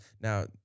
Now